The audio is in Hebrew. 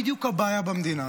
(יש עתיד): זו בדיוק הבעיה במדינה,